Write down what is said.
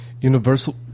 Universal